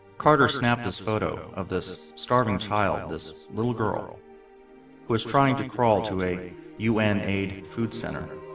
carter snapped this photo of this starving child this little girl who was trying to crawl to a un aid aid food centre